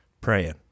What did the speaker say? Praying